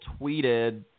tweeted